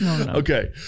Okay